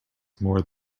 more